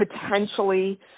potentially